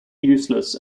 useless